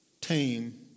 tame